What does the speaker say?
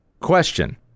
Question